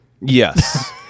yes